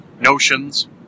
notions